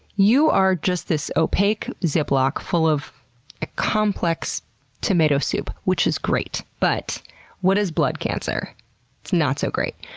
you are just this opaque ziploc full of ah complex tomato soup, which is great, but what is blood cancer? it's not so great.